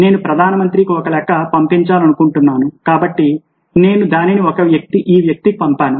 నేను ప్రధాన మంత్రికి ఒక లేఖ పంపాలనుకుంటున్నాను కాబట్టి నేను దానిని ఈ వ్యక్తికి పంపాను